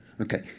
Okay